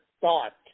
thought